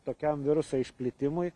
tokiam viruso išplitimui